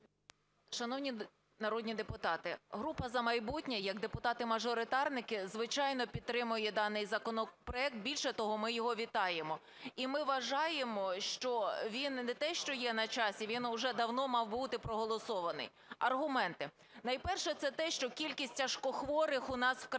Шановні народні депутати, група "За майбутнє як депутати-мажоритарники, звичайно, підтримує даний законопроект. Більше того, ми його вітаємо. І ми вважаємо, що він не те, що є на часі, він уже давно мав бути проголосований. Аргументи. Найперше, це те, що кількість тяжкохворих у нас в країні